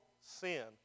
sin